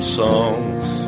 songs